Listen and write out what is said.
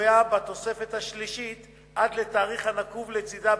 המנויה בתוספת השלישית עד לתאריך הנקוב לצדה.